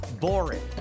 boring